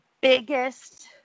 biggest